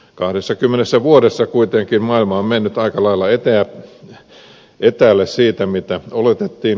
kahdessakymmenessä vuodessa kuitenkin maailma on mennyt aika lailla etäälle siitä mitä oletettiin